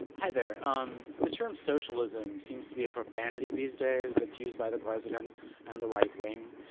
hi there. um the term socialism seems to be a profanity these days that's used by the president and the right wing.